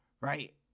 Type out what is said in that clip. right